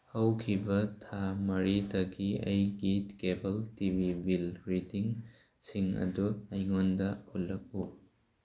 ꯍꯧꯈꯤꯕ ꯊꯥ ꯃꯔꯤꯗꯒꯤ ꯑꯩꯒꯤ ꯀꯦꯕꯜ ꯇꯤ ꯚꯤ ꯕꯤꯜ ꯔꯤꯗꯤꯡꯁꯤꯡ ꯑꯗꯨ ꯑꯩꯉꯣꯟꯗ ꯎꯠꯂꯛꯎ